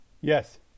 Yes